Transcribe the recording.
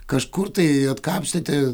kažkur tai atkapstėte